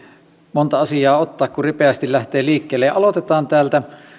monta asiaa ottaa kun ripeästi lähtee liikkeelle aloitetaan täältä